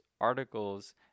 articles